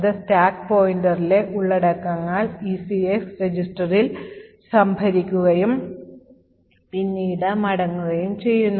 അത് സ്റ്റാക്ക് പോയിന്ററിലെ ഉള്ളടക്കങ്ങൾൾ ECX രജിസ്റ്ററിൽ സംഭരിക്കുകയും പിന്നീട് മടങ്ങുകയും ചെയ്യുന്നു